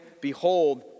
Behold